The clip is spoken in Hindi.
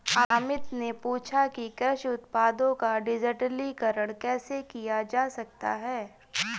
अमित ने पूछा कि कृषि उत्पादों का डिजिटलीकरण कैसे किया जा सकता है?